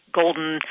golden